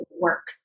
work